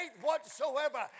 whatsoever